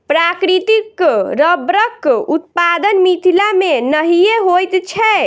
प्राकृतिक रबड़क उत्पादन मिथिला मे नहिये होइत छै